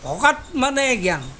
ভকত মানেই জ্ঞান